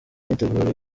myiteguro